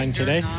today